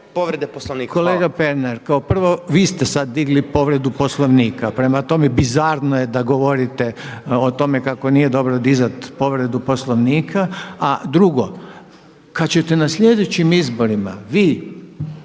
Kolega Pernar, kao prvo vi ste sad digli povredu Poslovnika, prema tome bizarno je da govorite o tome kako nije dobro dizati povredu Poslovnika. A drugo, kad ćete na sljedećim izborima vi